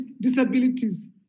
disabilities